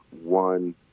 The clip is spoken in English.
one